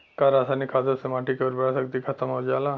का रसायनिक खादों से माटी क उर्वरा शक्ति खतम हो जाला?